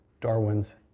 Darwin's